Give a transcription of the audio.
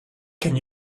can